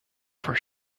for